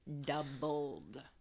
doubled